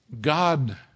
God